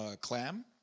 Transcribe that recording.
clam